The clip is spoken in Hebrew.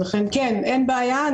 שום בעיה,